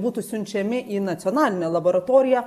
būtų siunčiami į nacionalinę laboratoriją